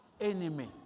enemy